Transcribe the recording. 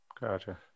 gotcha